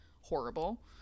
horrible